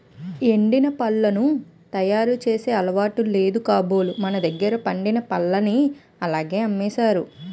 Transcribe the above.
ఎండిన పళ్లను తయారు చేసే అలవాటు లేదు కాబోలు మనదగ్గర పండిన పల్లని అలాగే అమ్మేసారు